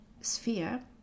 sphere